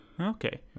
Okay